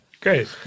Great